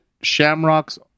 shamrocks